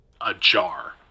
ajar